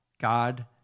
God